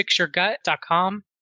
fixyourgut.com